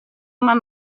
uma